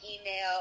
email